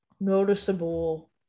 noticeable